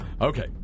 Okay